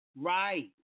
Right